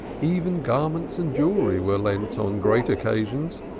even garments and jewelry were lent on great occasions,